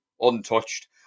untouched